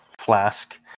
flask